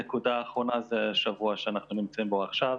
נקודה אחרונה היא השבוע שאנחנו נמצאים בו עכשיו.